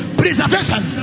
preservation